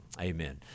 Amen